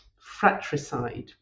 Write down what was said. fratricide